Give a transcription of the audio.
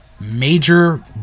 Major